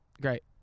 Great